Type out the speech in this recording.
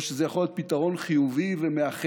או שזה יכול להיות פתרון חיובי ומאחד,